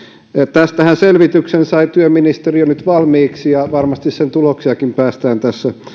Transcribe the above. tästähän selvityksen sai työministeriö nyt valmiiksi ja varmasti sen tuloksiakin päästään